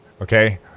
okay